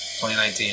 2019